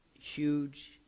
huge